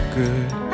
good